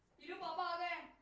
you bothered